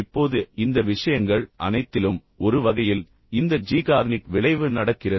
இப்போது இந்த விஷயங்கள் அனைத்திலும் ஒரு வகையில் இந்த ஜீகார்னிக் விளைவு நடக்கிறது